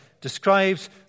describes